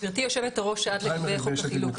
גברתי היושבת-ראש, שאלת לגבי חוק החילוט.